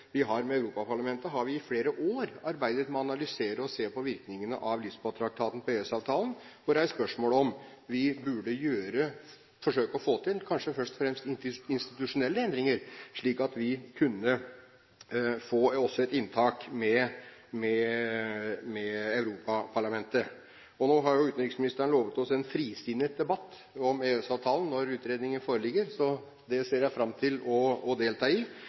Europaparlamentet har vi i flere år arbeidet med å analysere og se på virkningene av Lisboa-traktaten når det gjelder EØS-avtalen. Vi har reist spørsmål om vi først og fremst burde forsøke å få til institusjonelle endringer, slik at vi også kunne få et inntak til Europaparlamentet. Utenriksministeren har lovet oss en frisinnet debatt om EØS-avtalen når utredningen foreligger, så den ser jeg fram til å delta i.